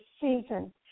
season